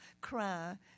cry